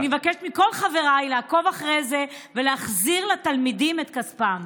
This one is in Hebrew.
אני מבקשת מכל חבריי לעקוב אחרי זה ולהחזיר לתלמידים את כספם.